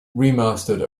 remastered